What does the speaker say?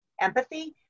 empathy